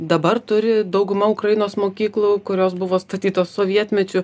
dabar turi dauguma ukrainos mokyklų kurios buvo statytos sovietmečiu